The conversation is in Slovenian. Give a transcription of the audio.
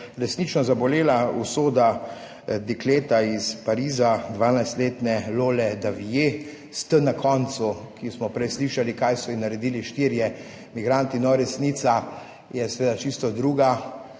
resnično zabolela usoda dekleta iz Pariza, dvanajstletne Lole Daviet, / nerazumljivo/ na koncu, ki smo prej slišali kaj so ji naredili štirje migranti. No, resnica je seveda čisto druga.